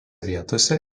vietose